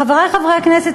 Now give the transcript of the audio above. חברי חברי הכנסת,